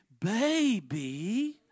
baby